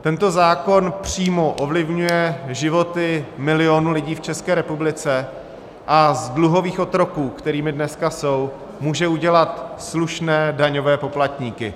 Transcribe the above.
Tento zákon přímo ovlivňuje životy milionů lidí v České republice a z dluhových otroků, kterými dneska jsou, může udělat slušné daňové poplatníky.